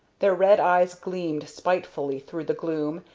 their red eyes gleamed spitefully through the gloom,